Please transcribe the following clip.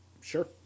Sure